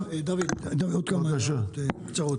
דוד, עוד כמה הערות קצרות.